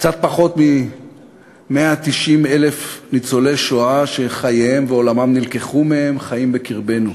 קצת פחות מ-190,000 ניצולי שואה שחייהם ועולמם נלקחו מהם חיים בקרבנו.